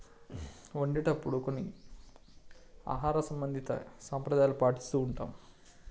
వండేటప్పుడు కొన్ని ఆహార సంబంధిత సాంప్రదాయాలు పాటిస్తు ఉంటాం